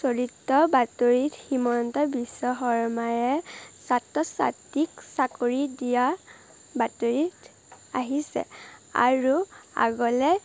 চলিত বাতৰিত হিমন্ত বিশ্ব শৰ্মায়ে ছাত্ৰ ছাত্ৰীক চাকৰি দিয়া বাতৰিত আহিছে আৰু আগলৈ